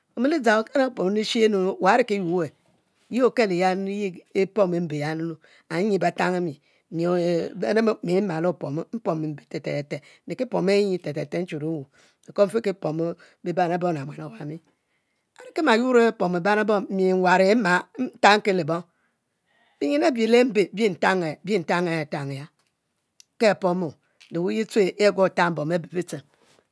Omi dzang okara opom lishe nu wa riki yuo weh yi okelo ye epomo mbe yanu and nyi befang e'mi mi beban mmalo opomu mpomo mbe te te te, nriki pom e'e’ nyi te te te nchur mwuh beco mfikipo biban ebom le buan abami arikima yuor apom biban e'bom mi mwan mi ma mfan ke libong binyin abi le mbe bintang e'tang ya kere pomo le wuye ago tan abe bitchang